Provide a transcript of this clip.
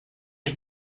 ich